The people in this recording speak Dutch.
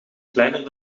kleiner